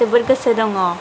जोबोद गोसो दङ